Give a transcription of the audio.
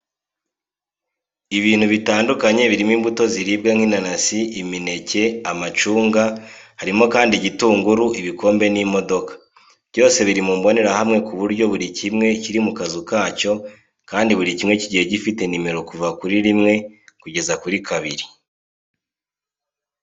Ibintu bitandukanye birimo imbuto ziribwa nk'inanasi, imineke, amacunga, harimo kandi igitunguru, ibikombe n'imodoka, byose biri mu mbonerahamwe ku buryo buri kimwe kiri mu kazu kacyo kandi buri kimwe kigiye gifite nimero kuva kuri rimwe kugeza kuri kabiri.